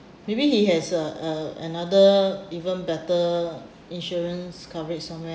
maybe he has uh uh another even better insurance coverage somewhere